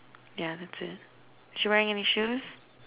yeah that's it is she wearing any shoes